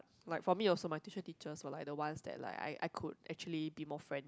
like for me also my tuition teacher also like the ones that I I could be more friend